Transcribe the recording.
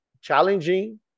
challenging